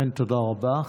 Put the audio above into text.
אמן, תודה רבה.